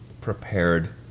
prepared